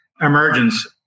emergence